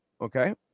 Okay